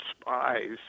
spies